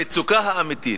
המצוקה האמיתית,